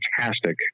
fantastic